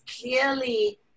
clearly